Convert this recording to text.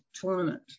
tournament